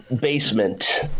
basement